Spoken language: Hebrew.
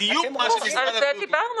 בטבריה,